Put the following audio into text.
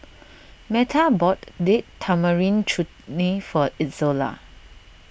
Meta bought Date Tamarind Chutney for Izola